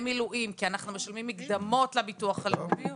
מילואים כי אנחנו משלמים מקדמות לביטוח הלאומי.